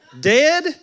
Dead